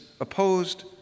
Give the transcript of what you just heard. opposed